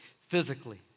physically